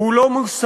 והוא לא מוסרי,